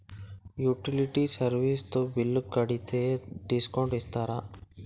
Utility service తో bill కడితే discount ఇస్తరా?